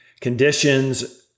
Conditions